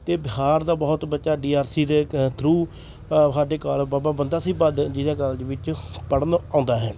ਅਤੇ ਬਿਹਾਰ ਦਾ ਬਹੁਤ ਬੱਚਾ ਡੀ ਆਰ ਸੀ ਦੇ ਕ ਥਰੂ ਸਾਡੇ ਕਾਲ ਬਾਬਾ ਬੰਦਾ ਸਿੰਘ ਬਹਾਦਰ ਇੰਜਨੀਅਰ ਕਾਲਜ ਵਿੱਚ ਪੜ੍ਹਨ ਆਉਂਦਾ ਹੈ